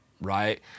right